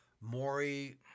Maury